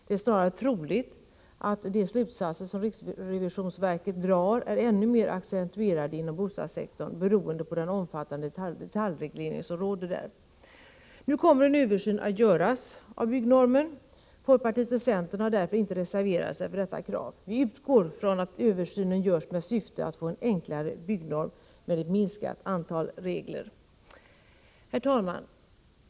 Det är snarare troligt att de förhållanden som riksrevisionsverket pekar på är ännu mer accentuerade inom bostadssektorn beroende på den omfattande detaljreglering som råder där. Nu kommer en översyn av byggnormen att göras. Folkpartiet och centern har därför inte reserverat sig till förmån för detta krav. Vi utgår från att översynen görs i syfte att få en enklare byggnorm med ett minskat antal regler.